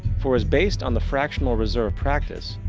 for, as based on the fractional reserve practice,